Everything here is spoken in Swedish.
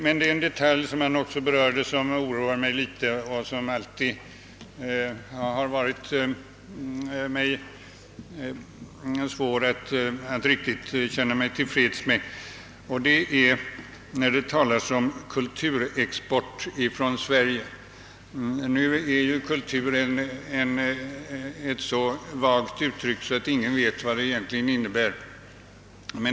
Det är dock en detalj som han berörde och som oroar mig och som jag alltid haft svårt att riktigt känna mig till freds med. Det är när det talas om kulturexport från Sverige. Nu är ju kultur ett så vagt uttryck att ingen vet vad det egentligen innebär.